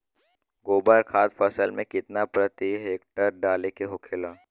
गोबर खाद फसल में कितना प्रति हेक्टेयर डाले के होखेला?